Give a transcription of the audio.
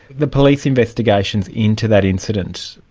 the police investigations into that incident,